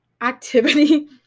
activity